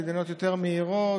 להתדיינויות יותר מהירות,